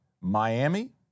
Miami